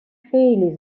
خیلی